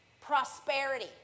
prosperity